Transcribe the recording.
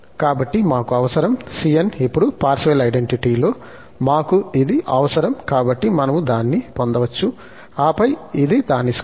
కాబట్టి మాకు అవసరం cn ఇప్పుడు పార్శివల్ ఐడెంటిటీ లో మాకు ఇది అవసరం కాబట్టి మనము దాన్ని పొందవచ్చు ఆపై ఇది దాని స్క్వేర్